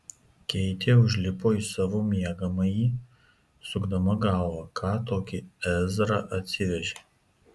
keitė užlipo į savo miegamąjį sukdama galvą ką tokį ezra atsivežė